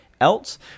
else